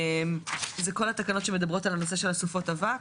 זה כל התקנות שמדברות על הנושא של סופות האבק,